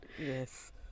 Yes